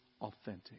authentic